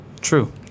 True